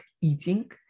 eating